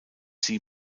sie